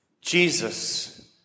Jesus